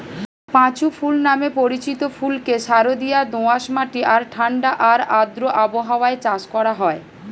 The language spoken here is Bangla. পাঁচু ফুল নামে পরিচিত ফুলকে সারদিয়া দোআঁশ মাটি আর ঠাণ্ডা আর আর্দ্র আবহাওয়ায় চাষ করা হয়